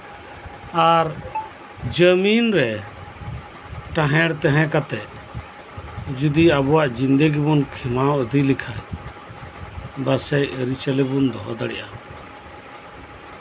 ᱟᱨ ᱡᱟᱹᱢᱤᱱ ᱨᱮ ᱴᱟᱦᱮᱲ ᱛᱟᱸᱦᱮ ᱠᱟᱛᱮᱜ ᱡᱚᱫᱤ ᱟᱵᱚᱣᱟᱜ ᱡᱤᱱᱫᱮᱜᱤ ᱵᱚᱱ ᱠᱷᱮᱢᱟᱣ ᱤᱫᱤ ᱞᱮᱠᱷᱟᱱ ᱯᱟᱥᱮᱡ ᱟᱹᱨᱤᱪᱟᱹᱞᱤ ᱵᱚ ᱫᱚᱦᱚ ᱫᱟᱲᱮᱭᱟᱜᱼᱟ